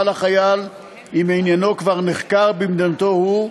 לחייל אם עניינו כבר נחקר במדינתו שלו,